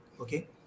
Okay